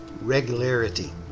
regularity